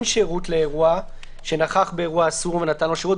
שירות לאירוע שנכח באירוע אסור ונתן לו שירות,